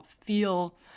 feel